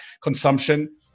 consumption